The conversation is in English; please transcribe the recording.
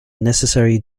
necessary